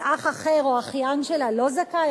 אז אח אחר או אחיין שלה לא זכאי?